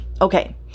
Okay